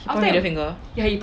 he point middle finger